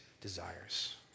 desires